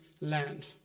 land